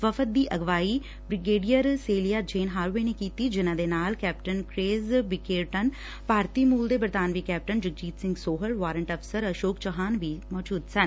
ਵਫ਼ਦ ਦੀ ਅਗਵਾਈ ਬ੍ਰੀਗੇਡੀਅਰ ਸੇਲੀਆ ਜੇਨ ਹਾਰਵੇ ਨੇ ਕੀਤੀ ਜਿੰਨਾਂ ਦੇ ਨਾਲ ਕੈਪਟਨ ਕਰੇਜ ਬਿਕੇਰ ਟਨ ਭਾਰਤੀ ਮੁਲ ਦੇ ਬਰਤਾਨਵੀ ਕੈਪਟਨ ਜਗਜੀਤ ਸਿੰਘ ਸੋਹਲ ਵਾਰੰਟ ਅਫ਼ਸਰ ਅਸ਼ੋਕ ਚੌਹਾਨ ਵੀ ਸਨ